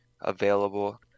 available